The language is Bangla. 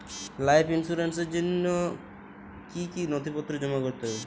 লাইফ ইন্সুরেন্সর জন্য জন্য কি কি নথিপত্র জমা করতে হবে?